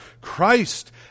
Christ